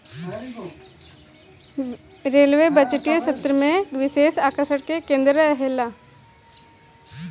railway बजटीय सत्र में विशेष आकर्षण के केंद्र रहेला